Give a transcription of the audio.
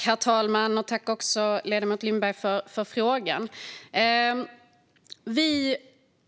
Herr talman! Jag tackar ledamoten Lindberg för frågan.